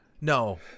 no